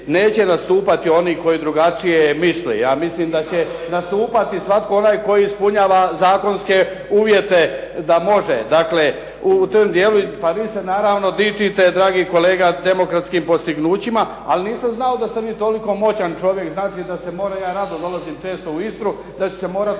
neće nastupati oni koji drugačije misle. Ja mislim da će nastupati svatko onaj tko ispunjava zakonske uvjete da može. Dakle, u tom dijelu, pa vi se naravno dičite dragi kolega demokratskim postignućima, ali nisam znao da ste vi toliko moćan čovjek, znači da se more, ja rado dolazim često dolaziti u Istru, da ću se morati